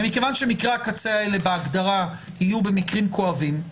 ומכיוון שמקרי הקצה האלה בהגדרה יהיו במקרים כואבים,